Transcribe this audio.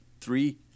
three